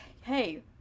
hey